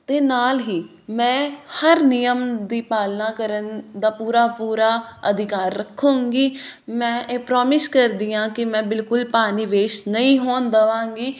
ਅਤੇ ਨਾਲ ਹੀ ਮੈਂ ਹਰ ਨਿਯਮ ਦੀ ਪਾਲਣਾ ਕਰਨ ਦਾ ਪੂਰਾ ਪੂਰਾ ਅਧਿਕਾਰ ਰੱਖਾਂਗੀ ਮੈਂ ਇਹ ਪ੍ਰੋਮਿਸ ਕਰਦੀ ਹਾਂ ਕਿ ਮੈਂ ਬਿਲਕੁਲ ਪਾਣੀ ਵੇਸਟ ਨਹੀਂ ਹੋਣ ਦੇਵਾਂਗੀ